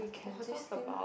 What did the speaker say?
!wah! this thing